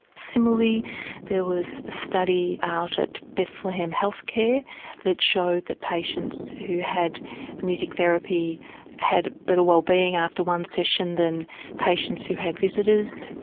similarly there was a study out at bethlehem health care that showed the patients who had music therapy had better wellbeing after one session than patients who had visitors.